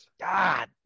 god